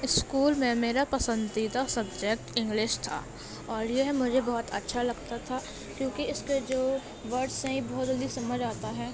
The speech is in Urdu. اسکول میں میرا پسندیدہ سبجیکٹ انگلش تھا اور یہ مجھے بہت اچھا لگتا تھا کیونکہ اِس کے جو ورڈس ہیں یہ بہت جلدی سمجھ آتا ہے